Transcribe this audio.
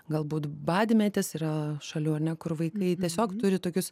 galbūt badmetis yra šalių ar ne kur vaikai tiesiog turi tokius